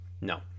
No